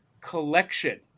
collection